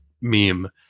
meme